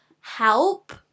help